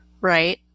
right